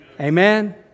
Amen